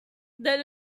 than